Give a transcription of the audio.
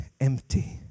empty